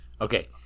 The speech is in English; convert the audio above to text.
okay